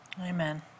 Amen